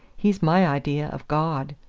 he's my idea of god!